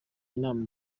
inama